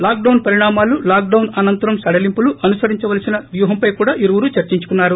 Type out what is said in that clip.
lock down పరిణామాలు lockdown అనంతరం సడలింపులు అనుసరించవలసిన వ్యూహంపై కూడా ఇరువురూ చర్చించుకున్నారు